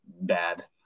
bad